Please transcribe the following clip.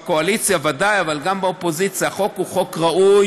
בקואליציה ודאי אבל גם באופוזיציה: החוק הוא חוק ראוי,